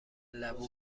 لبو